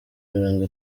mirongo